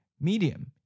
medium